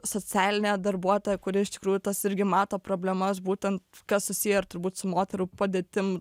socialinė darbuotoja kuri iš tikrųjų tas irgi mato problemas būtent kas susiję ir turbūt su moterų padėtim